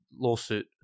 lawsuit